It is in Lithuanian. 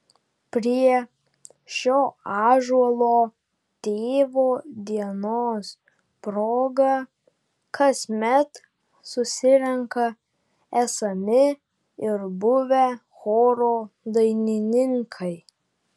prie šio ąžuolo tėvo dienos proga kasmet susirenka esami ir buvę choro dainininkai